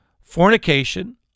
fornication